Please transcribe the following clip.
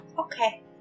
Okay